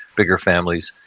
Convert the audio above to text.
bigger families,